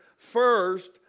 First